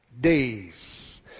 days